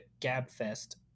GABFEST